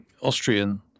Austrian